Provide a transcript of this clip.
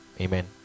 Amen